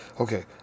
okay